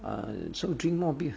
um so drink more beer